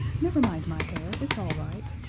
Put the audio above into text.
never mind my hair, it's all right,